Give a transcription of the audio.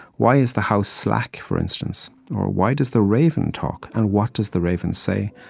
why is the house slack, for instance? or why does the raven talk, and what does the raven say?